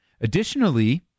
Additionally